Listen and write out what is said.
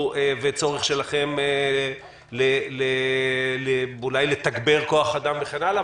וצורך שלכם אולי לתגבר כוח אדם וכן הלאה,